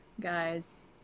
guys